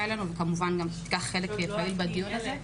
אלינו וכמובן תיקח גם חלק פעיל בדיון הזה.